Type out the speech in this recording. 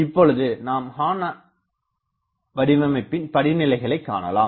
இப்பொழுது நாம் ஹார்ன் வடிவமைப்பின் படிநிலைகளைக் காணலாம்